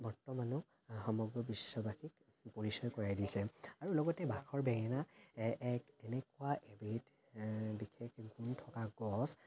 বৰ্তমানো সমগ্ৰ বিশ্ববাসীক পৰিচয় কৰাই দিছে আৰু লগতে বাখৰ বেঙেনা এক এনেকুৱা এবিধ বিশেষ গুণ থকা গছ